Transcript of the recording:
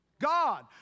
God